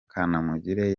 kanamugire